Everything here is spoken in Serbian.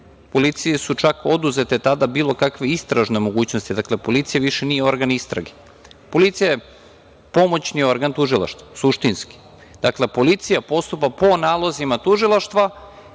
policiji su čak oduzete tada bilo kakve istražne mogućnosti. Policija nije više organ istrage, policija je suštinski pomoćni organ tužilaštva. Dakle, policija postupa po nalozima tužilaštva